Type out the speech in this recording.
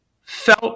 felt